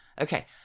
Okay